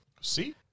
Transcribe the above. See